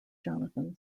jonathan